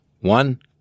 one